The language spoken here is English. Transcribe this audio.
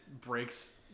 breaks